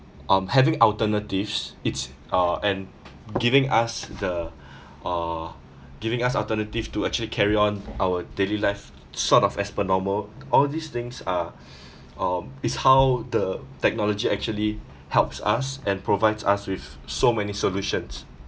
um having alternatives it's uh and giving us the uh giving us alternative to actually carry on our daily life sort of as per normal all these things are um is how the technology actually helps us and provides us with so many solutions